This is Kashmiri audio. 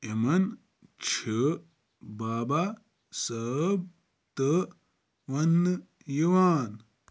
یِمَن چھُ بابا صٲب تہِٕ وننہٕ یِوان